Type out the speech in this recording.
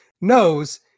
knows